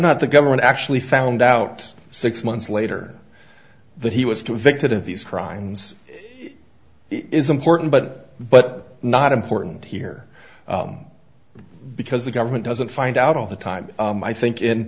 not the government actually found out six months later that he was convicted of these crimes is important but but not important here because the government doesn't find out all the time i think in